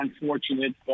unfortunate